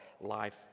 life